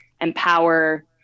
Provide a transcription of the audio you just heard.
empower